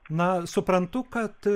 na suprantu kad